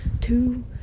Two